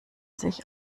sich